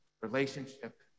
relationship